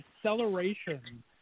Acceleration